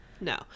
No